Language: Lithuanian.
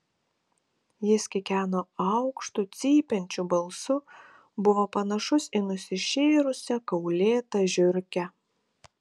jis kikeno aukštu cypiančiu balsu buvo panašus į nusišėrusią kaulėtą žiurkę